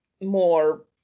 more